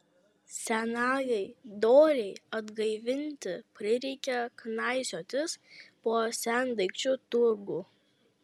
senajai dorei atgaivinti prireikė knaisiotis po sendaikčių turgų